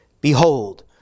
behold